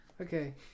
Okay